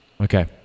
Okay